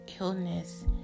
illness